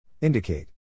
Indicate